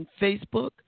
Facebook